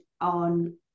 on